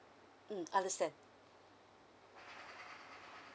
mm understand